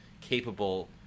capable